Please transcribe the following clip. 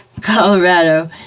Colorado